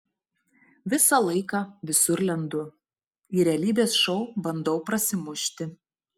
visą laiką visur lendu į realybės šou bandau prasimušti